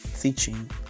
teaching